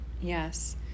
yes